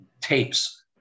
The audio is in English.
tapes